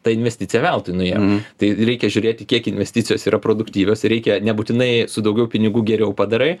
ta investicija veltui nuėjo tai reikia žiūrėti kiek investicijos yra produktyvios ir reikia nebūtinai su daugiau pinigų geriau padarai